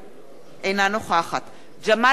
אינה נוכחת ג'מאל זחאלקה,